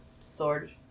sword